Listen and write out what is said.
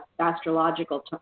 astrological